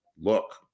Look